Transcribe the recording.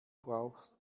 brauchst